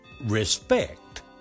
respect